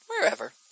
wherever